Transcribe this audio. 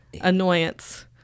annoyance